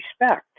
respect